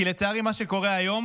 כי לצערי מה שקורה היום